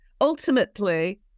ultimately